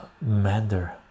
Mander